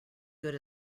good